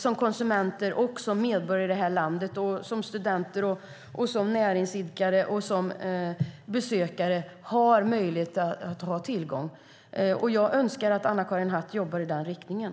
Som konsument och medborgare i landet, som student, näringsidkare eller besökare ska man ha tillgång till detta. Jag önskar att Anna-Karin Hatt jobbar i den riktningen.